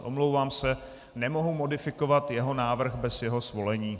Omlouvám se, nemohu modifikovat jeho návrh bez jeho svolení.